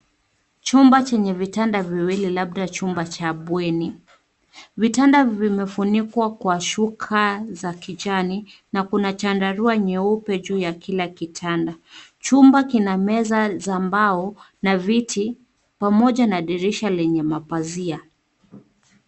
Chumba chenye vitanda viwili labda chumba cha bweni. Vitanda vimefunikwa kwa shuka za kijani na kuna chandarua nyeupe juu ya kila kitanda. Chumba kina meza za mbao na viti pamoja na dirisha lenye mapazia.